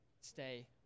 stay